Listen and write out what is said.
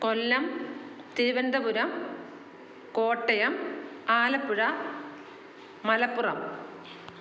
Kollam Thiruvananthapuram Kottayam Alappuzha Malappuram